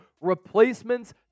replacements